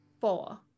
four